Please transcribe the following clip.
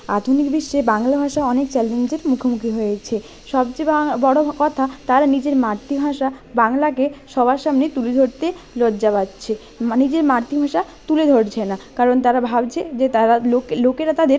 আধুনিক বিশ্বে বাংলা ভাষা অনেক চ্যালেঞ্জের মুখোমুখি হয়েছে সবচেয়ে বড় কথা তারা নিজের মাতৃভাষা বাংলাকে সবার সামনে তুলে ধরতে লজ্জা পাচ্ছে মানে নিজের মাতৃভাষা তুলে ধরছে না কারণ তারা ভাবছে যে তারা লোকেরা তাদের